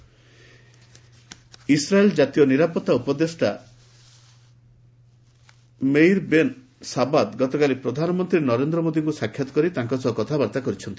Israel India Israel ଜାତୀୟ ନିରାପତ୍ତା ଉପଦେଷ୍ଟା ମେଇର୍ ବେନ୍ ଶାବାତ୍ ଗତକାଲି ପ୍ରଧାନମନ୍ତ୍ରୀ ନରେନ୍ଦ୍ର ମୋଦିଙ୍କୁ ସାକ୍ଷାତ୍ କରି ତାଙ୍କ ସହ କଥାବାର୍ତ୍ତା କରିଛନ୍ତି